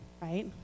right